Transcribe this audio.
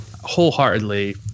wholeheartedly